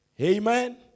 Amen